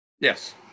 Yes